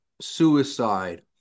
suicide